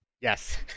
Yes